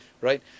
right